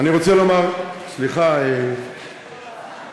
אני רוצה לומר, סליחה, מרגי.